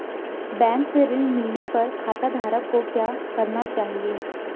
Bank से ऋण मिलने पर खाताधारक को क्या करना चाहिए?